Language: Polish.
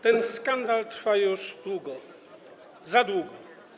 Ten skandal trwa już długo, za długo.